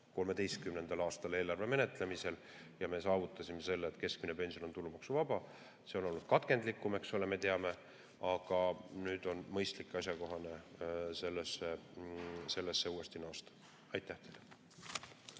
2013. aastal eelarve menetlemisel. Ja me saavutasime selle, et keskmine pension on tulumaksuvaba. See on olnud katkendlik, eks ole, me teame, aga nüüd on mõistlik ja asjakohane sellesse uuesti naasta. Aitäh teile!